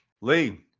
lee